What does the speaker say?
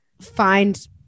find